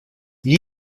gli